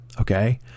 Okay